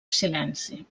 silenci